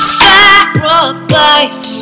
sacrifice